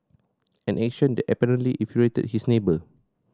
an action that apparently infuriated his neighbour